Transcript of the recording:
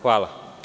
Hvala.